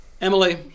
Emily